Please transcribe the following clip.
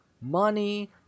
money